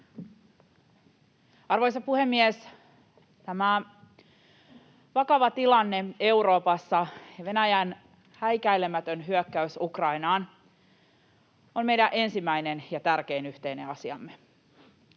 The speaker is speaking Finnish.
Arvoisa puhemies! Tämä vakava tilanne Euroopassa ja Venäjän häikäilemätön hyökkäys Ukrainaan on meidän ensimmäinen ja tärkein yhteinen asiamme: